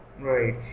Right